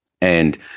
and-